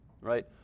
right